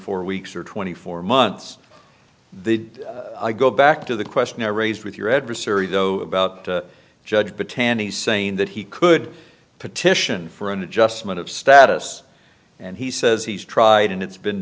four weeks or twenty four months they did i go back to the question i raised with your adversary though about judge battan he's saying that he could petition for an adjustment of status and he says he's tried and it's been